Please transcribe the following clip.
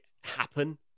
happen